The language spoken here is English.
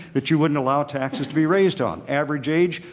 that you wouldn't allow taxes to be raised on average age,